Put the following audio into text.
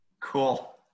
Cool